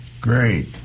Great